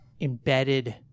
embedded